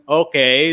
okay